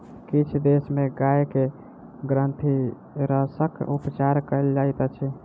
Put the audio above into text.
किछ देश में गाय के ग्रंथिरसक उपचार कयल जाइत अछि